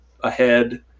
ahead